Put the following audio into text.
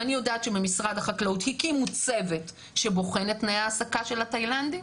אני יודעת שבמשרד החקלאות הקימו צוות שבוחן את תנאי ההעסקה של התאילנדי.